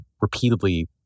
repeatedly